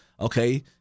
okay